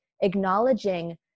acknowledging